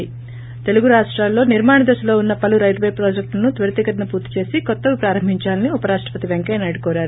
ి తెలుగు రాష్షలలో నిర్మాణ దశలో వున్న పలు రైల్యే ప్రాజెక్ట్ లను త్వరితగతిన పూర్తీ చేసి కోత్తవి ప్రారంభించాలని ఉపరాష్టపతి పెంకయ్యనాయుడు కోరారు